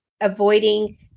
avoiding